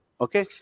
okay